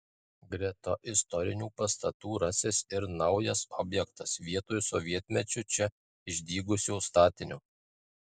greta istorinių pastatų rasis ir naujas objektas vietoj sovietmečiu čia išdygusio statinio